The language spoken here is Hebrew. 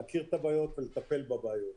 להכיר את הבעיות ולטפל בבעיות.